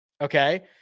Okay